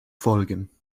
folgen